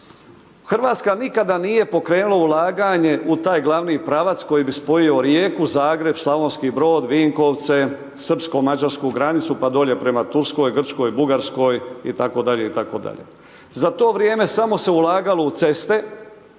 Hrvatska nikada nije pokrenula ulaganje u taj glavni pravac koji bi spojio Rijeku, Zagreb, Slavonski Brod, Vinkovce, srpsko-mađarsku granicu pa dolje prema Turskoj, Grčkoj, Bugarskoj itd., itd.. Za to vrijeme samo se ulagalo u ceste